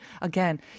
again